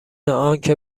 آنکه